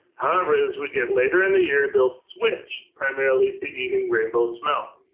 however, as we get later in the year, they'll switch primarily to eating rainbow smelt.